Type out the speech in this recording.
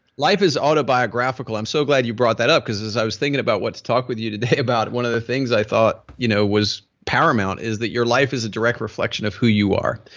life is autobiographical. i'm so glad you brought that up because as i was thinking about what to talk with you today about, one of the things i thought you know was paramount is that your life is a direct reflection of who you are.